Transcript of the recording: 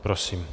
Prosím.